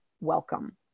Welcome